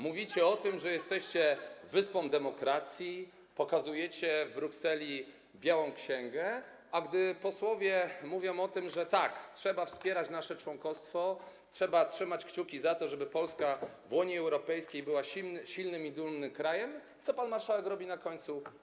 Mówicie o tym, że jesteście wyspą demokracji, pokazujecie w Brukseli białą księgę, a gdy posłowie mówią o tym, że trzeba wspierać nasze członkostwo, trzeba trzymać kciuki za to, żeby Polska w Unii Europejskiej była silnym i dumnym krajem, co pan marszałek robi na końcu?